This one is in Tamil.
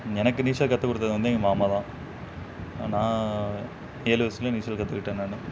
எனக்கு நீச்சல் கற்றுக் கொடுத்தது வந்து எங்கள் மாமா தான் நான் ஏழு வயசிலே நீச்சல் கற்றுக்கிட்டேன் நான்